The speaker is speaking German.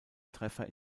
treffer